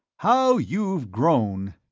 how you've grown!